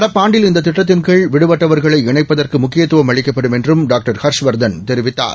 நடப்பு ஆண்டில் இந்த திட்டத்தின் கீழ் விடுபட்டவர்களை இணைப்பதற்கு முக்கியத்துவம் அளிக்கப்படும் என்றும் டாக்டர் ஹர்ஷவர்தன் தெரிவித்தார்